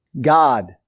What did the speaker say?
God